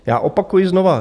Já opakuji znovu.